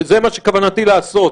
וזה מה שבכוונתי לעשות.